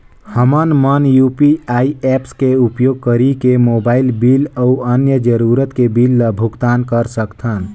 हमन मन UPI apps के उपयोग करिके मोबाइल बिल अऊ अन्य जरूरत के बिल ल भुगतान कर सकथन